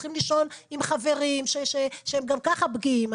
שצריכים לישון עם חברים שהם גם ככה פגיעים.